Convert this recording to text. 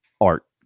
art